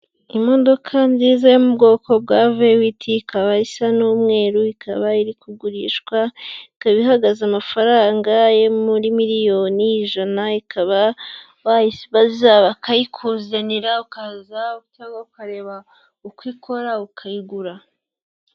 Imodoka nziza yo mu bwoko bwa Vewiti, ikaba isa n'umweru, ikaba iri kugurishwa, ikaba ihagaze amafaranga yo muri miliyoni ijana, ikaba wayibaza bakayikuzanira, ukaza cyangwa ukareba uko ikora ukayigura.